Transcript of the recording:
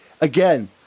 again